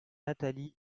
nathalie